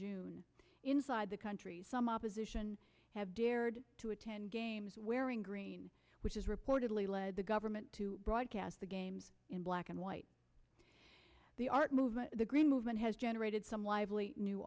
june inside the country some opposition have dared to attend games wearing green which is reportedly led the government to broadcast the games in black and white the art movement the green movement has generated some lively new